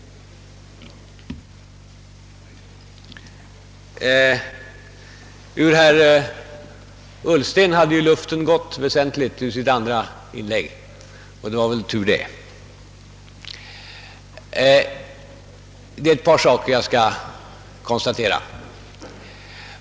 Ur herr Ullsten hade luften i stort sett gått i hans andra inlägg, och det var tur. Ett par saker vill jag konstatera.